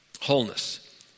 Wholeness